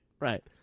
Right